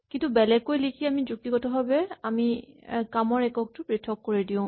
কিন্তু বেলেগকৈ লিখি আমি যুক্তিগতভাৱে আমি কামৰ এককটো পৃথক কৰি দিওঁ